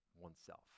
oneself